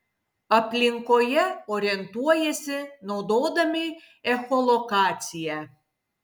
aplinkoje orientuojasi naudodami echolokaciją